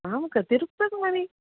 आं कति रूरुप्यकाणि